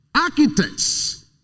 Architects